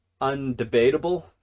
undebatable